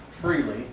freely